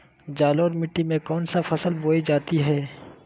जलोढ़ मिट्टी में कौन फसल बोई जाती हैं?